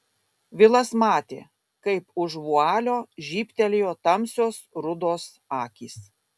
vilas matė kaip už vualio žybtelėjo tamsios rudos akys